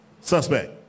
suspect